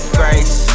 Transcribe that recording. grace